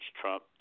Trump